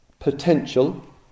potential